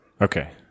Okay